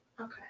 Okay